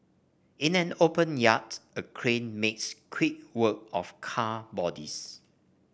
in an open yard a crane makes quick work of car bodies